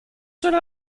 cela